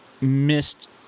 missed